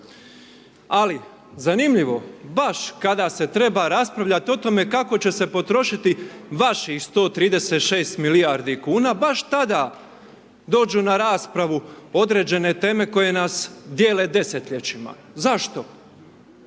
Ali, zanimljivo, baš kada se treba raspravljati o tome kako će se potrošiti vaših 136 milijardi kuna, baš tada dođu na raspravu određene teme koje nas dijele desetljećima. Zašto?